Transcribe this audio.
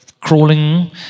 crawling